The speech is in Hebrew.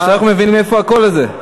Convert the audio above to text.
עכשיו אנחנו מבינים מאיפה הקול הזה.